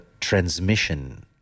transmission